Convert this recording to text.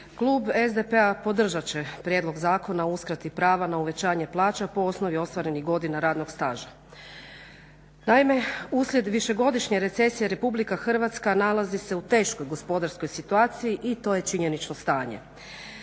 Klub SDP-a podržat će Prijedlog zakona o uskrati prava na uvećanje plaća po osnovi ostvarenih godina radnog staža. Naime, uslijed višegodišnje recesije RH nalazi se u teškoj gospodarskoj situaciji i to je činjenično stanje.